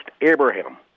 Abraham